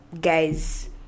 guys